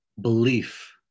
belief